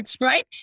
right